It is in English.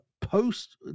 post